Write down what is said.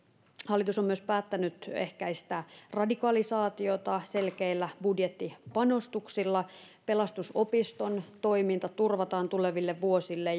hallitus on myös päättänyt ehkäistä radikalisaatiota selkeillä budjettipanostuksilla pelastusopiston toiminta turvataan tuleville vuosille